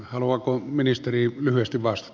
haluaako ministeri lyhyesti vastata